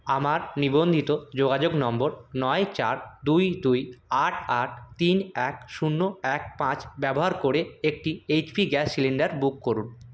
আমার নিবন্ধিত যোগাযোগ নম্বর নয় চার দুই দুই আট আট তিন এক শূন্য এক পাঁচ ব্যবহার করে একটি H P gas cylinder book করুন